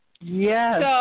Yes